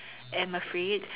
I'm afraid